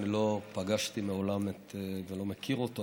אני לא פגשתי מעולם ולא מכיר אותו,